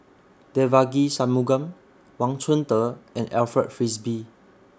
Devagi Sanmugam Wang Chunde and Alfred Frisby